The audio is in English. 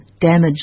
damaged